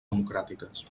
democràtiques